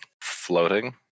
floating